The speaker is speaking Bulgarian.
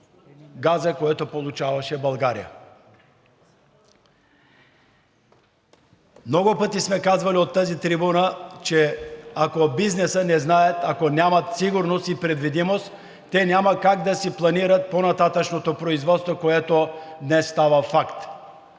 газа, който получаваше България. Много пъти сме казвали от тази трибуна, че ако от бизнеса не знаят, ако нямат сигурност и предвидимост, те няма как да си планират по-нататъшното производство, което днес става факт.